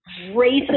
racist